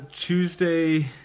Tuesday